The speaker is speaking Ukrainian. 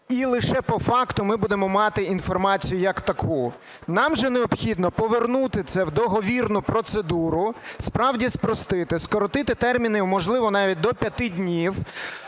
і лише по факту ми будемо мати інформацію як таку. Нам же необхідно повернути це в договірну процедуру, справді спростити, скоротити терміни, можливо, навіть до 5 днів.